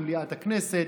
במליאת הכנסת,